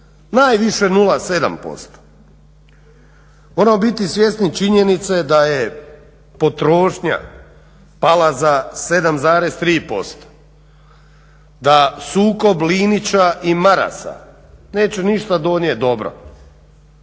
najviše 0,7%. Moramo biti svjesni činjenice da je potrošnja pala za 7,3%, da sukob Linića i Marasa neće ništa donijet dobro